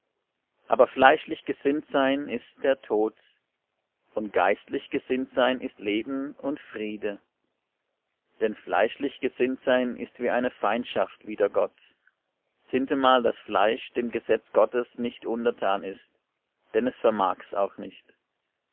aber fleischlich gesinnt sein ist der tod und geistlich gesinnt sein ist leben und friede denn fleischlich gesinnt sein ist wie eine feindschaft wider gott sintemal das fleisch dem gesetz gottes nicht untertan ist denn es vermag's auch nicht